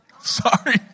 Sorry